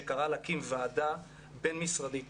שקרא להקים ועדה בין משרדית.